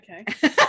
okay